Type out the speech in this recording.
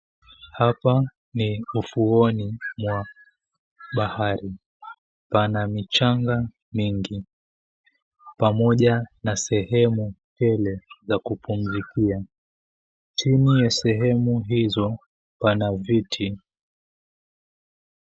Hapa ni ufuoni mwa bahari. Pana michanga mingi pamoja na sehemu tele za kupumzikia. Chini ya sehemu hizo pana viti.